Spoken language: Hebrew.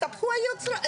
התהפכו היוצרות.